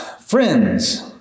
friends